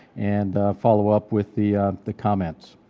and follow up with the the comments.